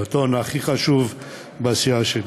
הטון הכי חשוב הוא בסיעה שלי.